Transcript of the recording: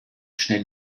schnell